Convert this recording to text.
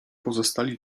pozostali